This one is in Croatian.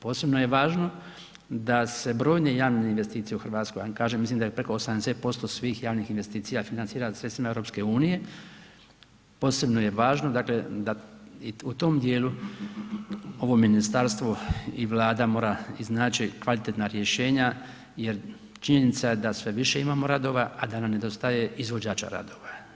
Posebno je važno da se brojne javne investicije u Hrvatskoj a kažem mislim da je preko 80% svih javnih investicija financira sredstvima EU posebno je važno dakle da i u tom dijelu ovo ministarstvo i Vlada mora iznaći kvalitetna rješenja jer činjenica je da sve više imamo radova a da nam ne dostaje izvođača radova.